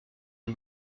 une